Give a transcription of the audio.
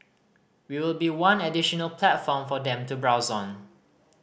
we will be one additional platform for them to browse on